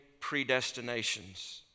predestinations